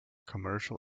commercial